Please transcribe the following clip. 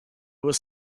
was